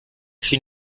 schien